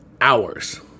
hours